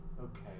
Okay